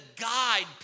guide